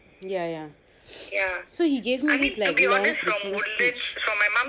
ya ya so he gave me like you know like this cold stitch